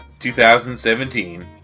2017